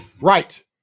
right